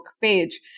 page